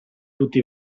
tutti